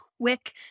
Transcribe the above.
quick